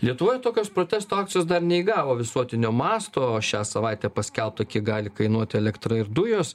lietuvoje tokios protesto akcijos dar neįgavo visuotinio masto šią savaitę paskelbta kiek gali kainuoti elektra ir dujos